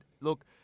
look